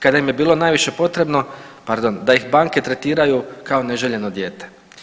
Kada im je bilo najviše potrebno, pardon, da ih banke tretiraju kao neželjeno dijete.